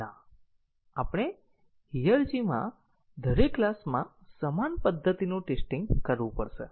ના આપણે હયરરકી માં દરેક ક્લાસમાં સમાન પદ્ધતિનું ટેસ્ટીંગ કરવું પડશે